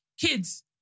kids